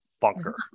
bunker